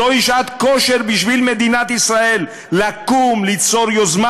זו שעת כושר בשביל מדינת ישראל לקום ליצור יוזמה